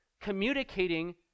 communicating